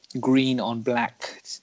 green-on-black